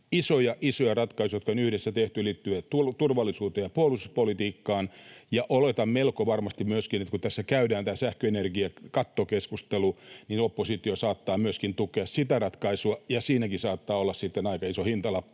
isoja ratkaisuja, jotka on yhdessä tehty liittyen turvallisuuteen ja puolustuspolitiikkaan, ja oletan, että kun tässä käydään tämä sähkö‑ ja energiakattokeskustelu, niin melko varmasti myöskin oppositio saattaa tukea sitä ratkaisua ja siinäkin saattaa olla sitten aika iso hintalappu.